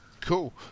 Cool